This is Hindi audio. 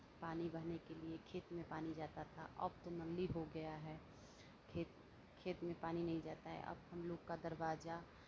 पानी बहने के लिये खेत में पानी जाता था अब तो नल्ली हो गया है खेत खेत में पानी नहीं जाता है अब हमलोग का दरवाजा